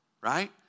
right